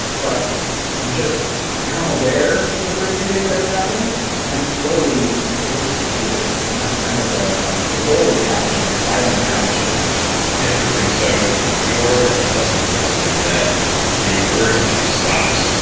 but you just become aware for the first few days that it's happening and then slowly it just disappears and that's kind of the the goal we have, which is silent habit change interesting, so your assessment of this is that the urge stops,